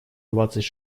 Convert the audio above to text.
двадцать